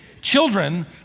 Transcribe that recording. Children